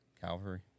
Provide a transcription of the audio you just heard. Calvary